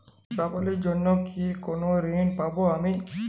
দীপাবলির জন্য কি কোনো ঋণ পাবো আমি?